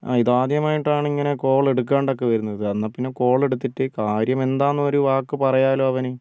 ആ ഇത് ആദ്യമായിട്ടാണ് ഇങ്ങനെ കോൾ എടുക്കാണ്ടെ ഒക്കെ വരുന്നത് എന്നാൽ പിന്നെ കോൾ എടുത്തിട്ട് കാര്യം എന്താണെന്നൊരു വാക്ക് പറയാമല്ലോ അവന്